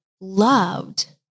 loved